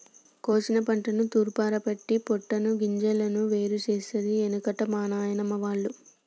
కోశిన పంటను తూర్పారపట్టి పొట్టును గింజలను వేరు చేసేది ఎనుకట మా నానమ్మ వాళ్లు